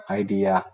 idea